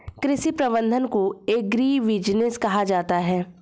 कृषि प्रबंधन को एग्रीबिजनेस कहा जाता है